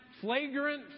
flagrant